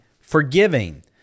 forgiving